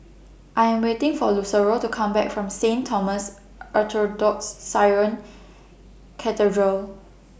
I Am waiting For Lucero to Come Back from Saint Thomas Orthodox Syrian Cathedral